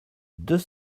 deux